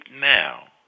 now